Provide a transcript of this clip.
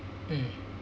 mm